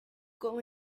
con